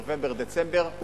נובמבר ודצמבר.